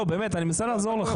לא, באמת, אני מנסה לעזור לך, ינון.